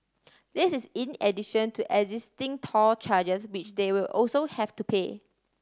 this is in addition to existing toll charges which they will also have to pay